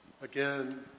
again